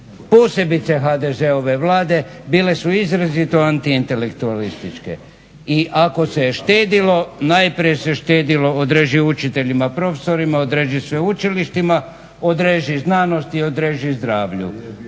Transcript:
posebice HDZ-ove vlade bile su izrazito antiintelektualističke. I ako se je štedilo, najprije se štedilo – odreži učiteljima i profesorima, odreži sveučilištima, odreži znanosti, odreži zdravlju!